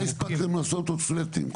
מתי הספקתם לעשות עוד פלאטים?